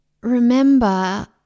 remember